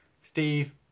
Steve